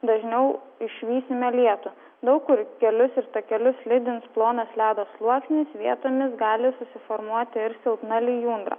dažniau išvysime lietų daug kur kelius ir takelius slidins plonas ledo sluoksnis vietomis gali susiformuoti ir silpna lijundra